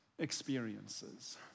experiences